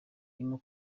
irimo